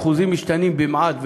האחוזים משתנים במעט,